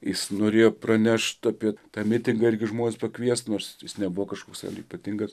jis norėjo pranešti apie tą mitingą irgi žmones pakviesti nors jis nebuvo kažkoks ypatingas